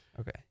Okay